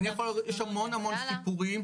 יש המון המון סיפורים,